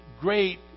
great